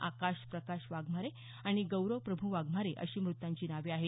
आकाश प्रकाश वाघमारे आणि गौरव प्रभू वाघमारे अशी मृतांची नावे आहेत